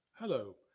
Hello